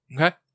Okay